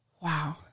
Wow